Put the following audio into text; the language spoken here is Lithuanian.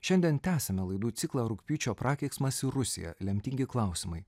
šiandien tęsiame laidų ciklą rugpjūčio prakeiksmas ir rusija lemtingi klausimai